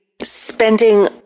spending